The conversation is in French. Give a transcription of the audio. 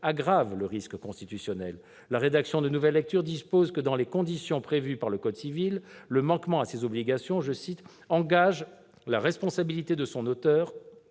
aggrave le risque constitutionnel. Cette rédaction dispose que, dans les conditions prévues par le code civil, le manquement à ces obligations « engage la responsabilité de son auteur